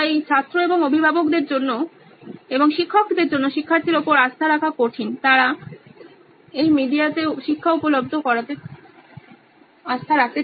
তাই ছাত্র এবং অভিভাবকদের জন্য এবং শিক্ষকদের জন্য শিক্ষার্থীর উপর আস্থা রাখা কঠিন তার এই ধরনের মিডিয়াতে শিক্ষা উপলব্ধ করাতে